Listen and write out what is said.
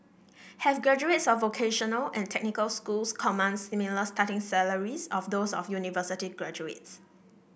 have graduates of vocational and technical schools command similar starting salaries of those of university graduates